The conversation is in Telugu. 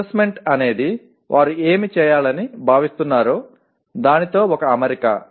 అసెస్మెంట్ అనేది వారు ఏమి చేయాలని భావిస్తున్నారో దానితో ఒక అమరిక